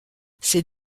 ces